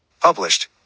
Published